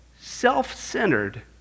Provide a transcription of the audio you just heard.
self-centered